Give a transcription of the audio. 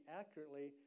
accurately